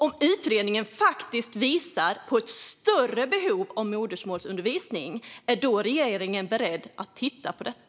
Om utredningen visar på ett större behov av modersmålsundervisning, är då regeringen beredd att titta på det?